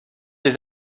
des